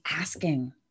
asking